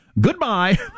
Goodbye